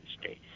state